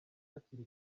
hakiri